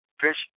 fish